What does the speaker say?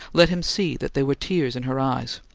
let him see that there were tears in her eyes,